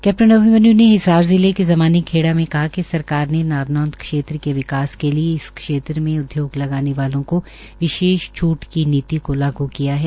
captain Abhimanyu ने हिसार जिले के ज़मानी खेड़ा में कहा कि सरकार ने नारनौंद क्षेत्र के विकास के लिए इस क्षेत्र में उद्योग लगाने वालों को विशेष छूट की नीति को लागू किया है